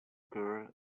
girl